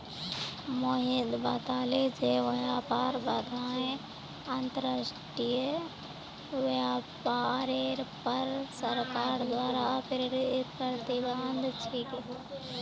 मोहित बताले जे व्यापार बाधाएं अंतर्राष्ट्रीय व्यापारेर पर सरकार द्वारा प्रेरित प्रतिबंध छिके